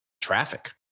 traffic